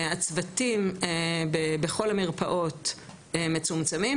הצוותים בכל המרפאות מצומצמים.